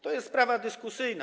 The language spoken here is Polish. To jest sprawa dyskusyjna.